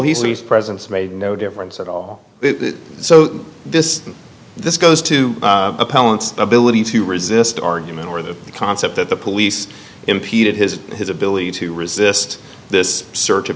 sees presence made no difference at all so this this goes to appellants ability to resist argument or the concept that the police impeded his his ability to resist this search of